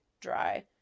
dry